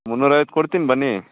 ಮುನ್ನೂರು ಐವತ್ತು ಕೊಡ್ತಿನಿ ಬನ್ನಿ